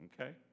Okay